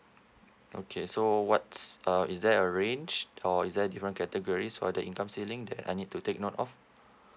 okay so what's uh is there a range or is there different categories for the income ceiling that I need to take note of